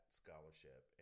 scholarship